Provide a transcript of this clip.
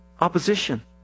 opposition